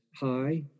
high